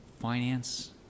finance